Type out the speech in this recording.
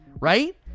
right